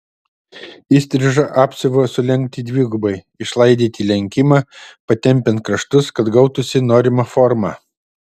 įstrižą apsiuvą sulenkti dvigubai išlaidyti lenkimą patempiant kraštus kad gautųsi norima forma